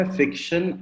fiction